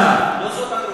לכן אני אומר לך: תדע לך,